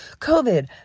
COVID